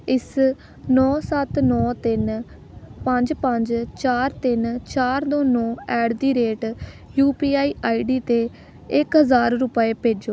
ਇਸ ਨੌ ਸੱਤ ਨੌ ਤਿੰਨ ਪੰਜ ਪੰਜ ਚਾਰ ਤਿੰਨ ਚਾਰ ਦੋ ਨੌ ਐਟ ਦੀ rate U P I I D 'ਤੇ ਇੱਕ ਹਜ਼ਾਰ ਰੁਪਏ ਭੇਜੋ